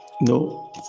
No